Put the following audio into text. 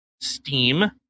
steam